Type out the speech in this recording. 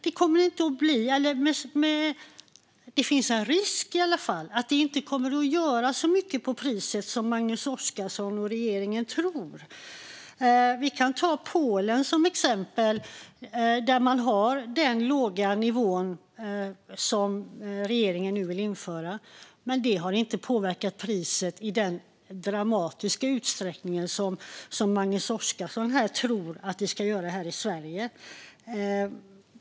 Det finns i varje fall en risk att det inte kommer att göra så mycket för priset som Magnus Oscarsson och regeringen tror. Vi kan ta Polen som exempel. Där har man den låga nivå som regeringen nu vill införa. Det har inte påverkat priset i den dramatiska utsträckning som Magnus Oscarsson tror att det ska göra här i Sverige.